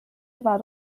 war